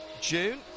June